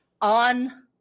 on